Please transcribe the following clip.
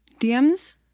DMs